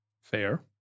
Fair